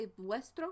vuestro